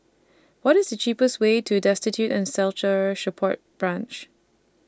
What IS The cheapest Way to Destitute and Shelter Support Branch